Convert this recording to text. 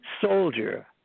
soldier